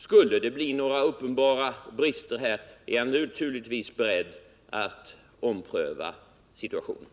Skulle uppenbara brister uppstå, är jag naturligtvis beredd att ompröva min inställning.